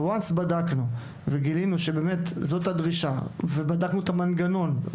Once בדקנו וגילינו שזוהי הדרישה ובדקנו את המנגנון,